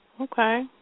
Okay